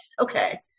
Okay